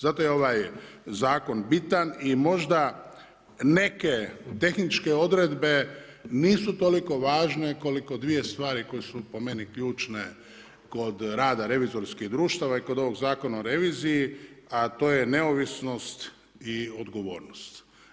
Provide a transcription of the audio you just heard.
Zato je ovaj zakon bitan i možda neke tehničke odredbe nisu toliko važne koliko dvije stvari koje su po meni ključne kod rada revizorskih društava i kod ovog Zakona o reviziji, a to je neovisnost i odgovornost.